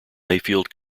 mayfield